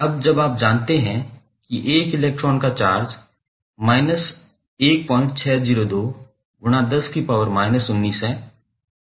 अब जब आप जानते हैं कि 1 इलेक्ट्रॉन का चार्ज है